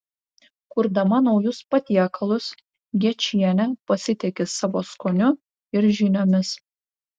kurdama naujus patiekalus gečienė pasitiki savo skoniu ir žiniomis